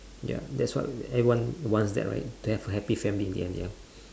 ya that's what everyone wants that right to have a happy family in the end yeah